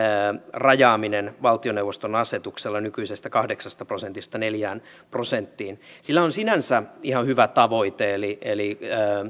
rajaamisen valtioneuvoston asetuksella nykyisestä kahdeksasta prosentista neljään prosenttiin sillä on sinänsä ihan hyvä tavoite eli eli